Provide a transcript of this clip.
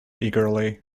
eagerly